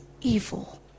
evil